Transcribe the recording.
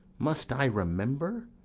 must i remember?